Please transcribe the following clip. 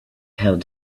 held